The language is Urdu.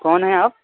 کون ہیں آپ